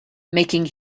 making